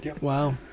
Wow